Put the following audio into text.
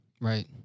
Right